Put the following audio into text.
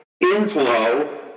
inflow